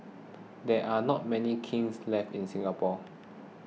there are not many kilns left in Singapore